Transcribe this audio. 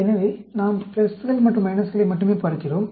எனவே நாம் பிளஸ்கள் மற்றும் மைனஸ்களை மட்டுமே பார்க்கிறோம்